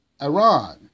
Iran